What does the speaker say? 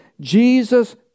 Jesus